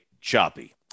Choppy